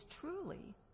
truly